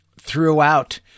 throughout